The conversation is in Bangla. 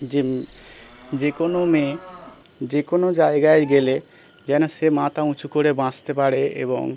যে যে কোনো মেয়ে যে কোনো জায়গায় গেলে যেন সে মাথা উঁচু করে বাঁচতে পারে এবং